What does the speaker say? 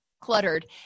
cluttered